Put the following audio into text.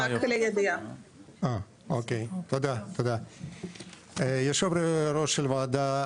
תודה, יו"ר הוועדה,